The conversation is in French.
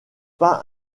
pas